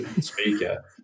speaker